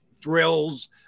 drills